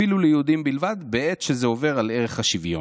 אפילו ליהודים בלבד, בעת שזה עובר על ערך השוויון.